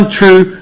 true